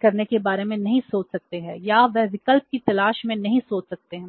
करने के बारे में नहीं सोच सकते हैं या वे विकल्प की तलाश में नहीं सोच सकते हैं